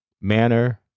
manner